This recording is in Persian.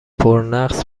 پرنقص